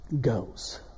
goes